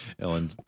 Ellen